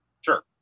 Sure